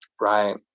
right